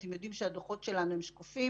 אתם יודעים שהדוחות שלנו הם שקופים.